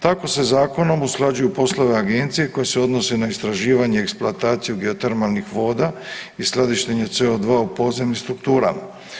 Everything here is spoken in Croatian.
Tako se zakonom usklađuju poslovi agencije koji se odnose na istraživanje i eksploataciju geotermalnih voda i skladištenje CO2 u podzemnim strukturama.